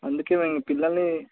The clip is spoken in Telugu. అందుకే మేము పిల్లలని